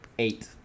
eight